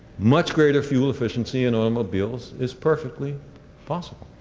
much greater fuel efficiency in automobiles is perfectly possible.